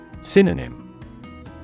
Synonym